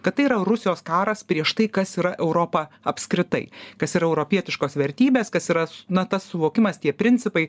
kad tai yra rusijos karas prieš tai kas yra europa apskritai kas yra europietiškos vertybės kas yra na tas suvokimas tie principai